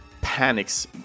panics